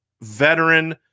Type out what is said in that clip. veteran